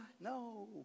No